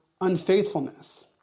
unfaithfulness